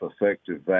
effective